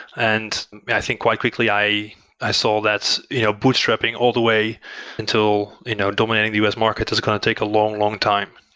and i think quite quickly, i i saw that's you know bootstrapping all the way until you know dominating the us market is going to take a long, long time,